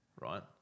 right